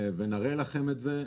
אנחנו נראה לכם את זה.